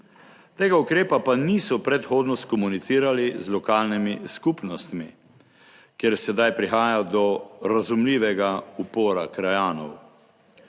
Tega ukrepa pa niso predhodno skomunicirali z lokalnimi skupnostmi, kjer sedaj prihaja do razumljivega upora krajanov.